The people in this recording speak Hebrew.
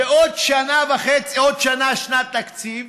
ועוד שנה שנת תקציב,